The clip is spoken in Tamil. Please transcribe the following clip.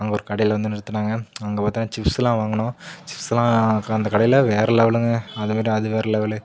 அங்கே ஒரு கடையில் வந்து நிறுத்தினாங்க அங்கே பார்த்தா சிப்ஸ்லாம் வாங்கினோம் சிப்ஸ்லாம் அந்த கடையில் வேற லெவலுங்க அது மாதிரி அது வேற லெவலு